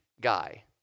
guy